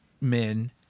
men